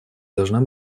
должна